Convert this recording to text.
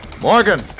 Morgan